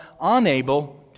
unable